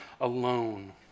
alone